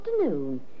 afternoon